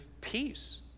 peace